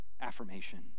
affirmation